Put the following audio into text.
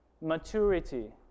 maturity